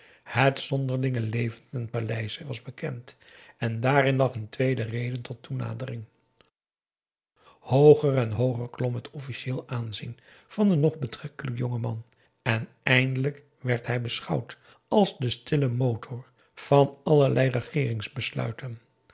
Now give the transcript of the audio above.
het zonderlinge leven ten paleize was bekend en daarin lag een tweede reden tot toenadering hooger en hooger klom het officieel aanzien van den nog betrekkelijk jongen man en eindelijk werd hij beschouwd als de stille motor van allerlei